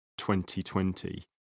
2020